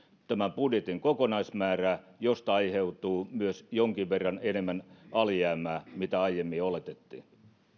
tämän budjetin kokonaismäärää josta aiheutuu myös jonkin verran enemmän alijäämää mitä aiemmin oletettiin